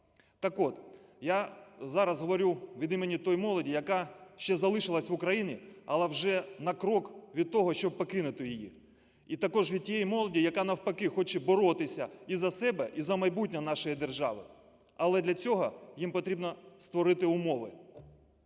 Так от, я зараз говорю від імені тої молоді, яка ще залишилась в Україні, але вже на крок від того, щоб покинути її. І також від тієї молоді, яка навпаки хоче боротися і за себе, і за майбутнє нашої держави, але для цього їм потрібно створити умови.